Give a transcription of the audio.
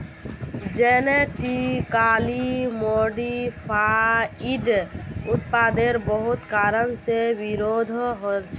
genetically modified उत्पादेर बहुत कारण से विरोधो होछे